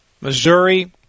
Missouri